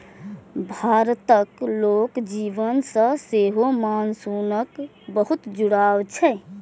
भारतक लोक जीवन सं सेहो मानसूनक बहुत जुड़ाव छै